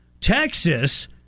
Texas